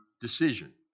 decision